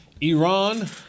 Iran